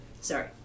Sorry